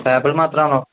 table മാത്രമാണോ